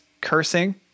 cursing